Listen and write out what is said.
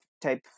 type